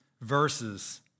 verses